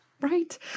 Right